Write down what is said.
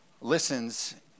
Listens